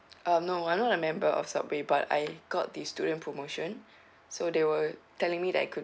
uh no I'm not a member of subway but I got the student promotion so they were telling me that I could